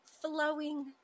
flowing